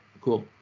cool